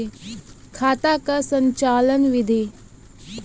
खाता का संचालन बिधि?